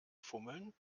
fummeln